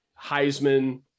Heisman